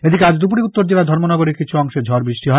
এদিকে আজ দুপুরে উত্তর জেলার ধর্মনগরের কিছু অংশে ঝড় বৃষ্টি হয়